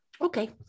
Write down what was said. Okay